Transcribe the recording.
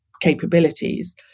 capabilities